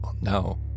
No